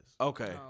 Okay